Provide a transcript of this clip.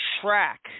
track